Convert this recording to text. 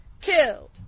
killed